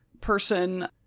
person